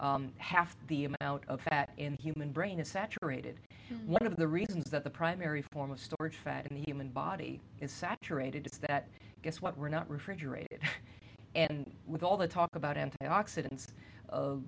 half the amount of fat in the human brain is saturated one of the reasons that the primary form of storage fat in the human body is saturated it's that guess what we're not refrigerated and with all the talk about